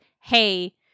Hey